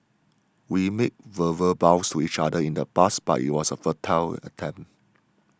we made verbal vows to each other in the past but it was a futile attempt